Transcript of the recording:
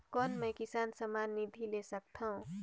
कौन मै किसान सम्मान निधि ले सकथौं?